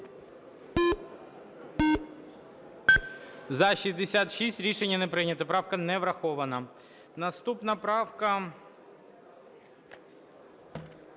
За-70 Рішення не прийнято, правка не врахована. Наступна правка,